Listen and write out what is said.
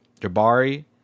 Jabari